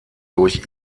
durch